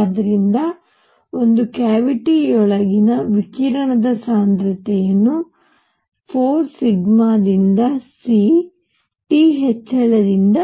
ಆದ್ದರಿಂದ ಒಂದು ಕ್ಯಾವಿಟಿಯೊಳಗಿನ ವಿಕಿರಣ ಸಾಂದ್ರತೆಯನ್ನು 4 ಸಿಗ್ಮಾ ದಿಂದ c t ಹೆಚ್ಚಳದಿಂದ